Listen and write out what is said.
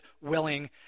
willing